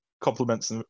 complements